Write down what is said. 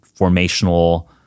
formational